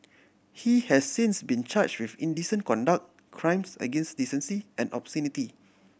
he has since been charge with indecent conduct crimes against decency and obscenity